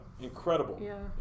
incredible